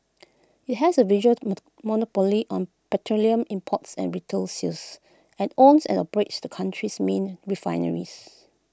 IT has A virtual to mono monopoly on petroleum imports and retail sales and owns and operates the country's main refineries